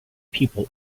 people